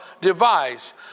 device